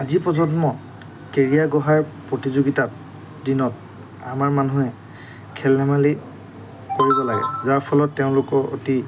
আজিৰ প্ৰজন্ম কেৰিয়াৰ গঢ়াৰ প্ৰতিযোগিতাত দিনত আমাৰ মানুহে খেল ধেমালি কৰিব লাগে যাৰ ফলত তেওঁলোকৰ অতি